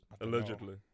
allegedly